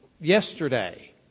yesterday